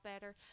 better